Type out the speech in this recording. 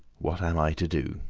what am i to do?